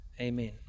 Amen